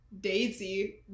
Daisy